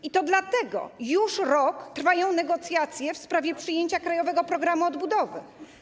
I to dlatego już rok trwają negocjacje w sprawie przyjęcia Krajowego Programu Odbudowy.